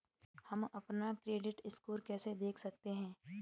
हम अपना credit score कैसे देख सकते हैं?